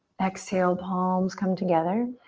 exhale, palms come together.